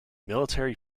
military